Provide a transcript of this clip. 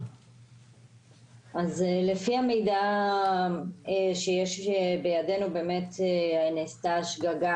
לפי המידע שיש בידינו באמת נעשתה שגגה,